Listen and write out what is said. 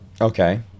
Okay